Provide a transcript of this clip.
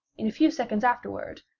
in a few seconds afterward,